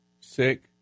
sick